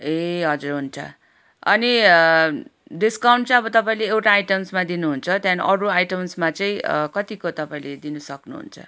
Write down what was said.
ए हजुर हुन्छ अनि डिस्काउन्ड चाहिँ अब तपाईँले एउटा आइटम्समा दिनुहुन्छ त्यहाँदेखि अरू आइटम्समा चाहिँ कतिको तपाईँले दिन सक्नुहुन्छ